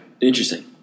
Interesting